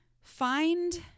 find